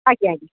ଆଜ୍ଞା ଆଜ୍ଞା